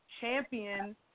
champion